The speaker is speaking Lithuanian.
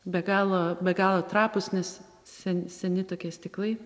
be galo be galo trapūs nes sen seni tokie stiklai